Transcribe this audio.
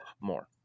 more